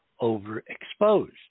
overexposed